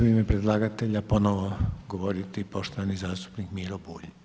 Sad će u ime predlagatelja ponovo govoriti poštovani zastupnik Miro Bulj.